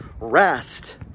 Rest